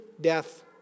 death